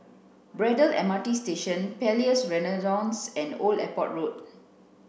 Braddell M R T Station Palais Renaissance and Old Airport Road